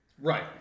right